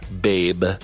Babe